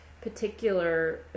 particular